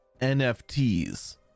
NFTs